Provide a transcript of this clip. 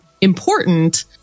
important